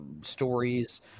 stories